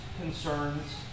concerns